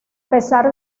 pesar